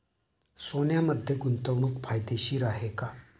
सोन्यामध्ये गुंतवणूक फायदेशीर आहे का?